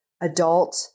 adult